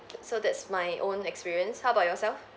so that's my own experience how about yourself